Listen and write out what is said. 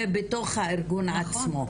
ובתוך הארגון עצמו.